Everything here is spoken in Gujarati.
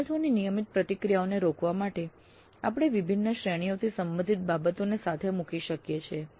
વિદ્યાર્થીઓની નિયમિત પ્રતિક્રિયાઓને રોકવા માટે આપણે વિભિન્ન શ્રેણીઓથી સંબંધિત બાબતોને સાથે મૂકી શકીએ છીએ